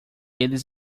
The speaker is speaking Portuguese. eles